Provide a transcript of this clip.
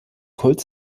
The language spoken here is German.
kult